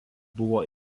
buvo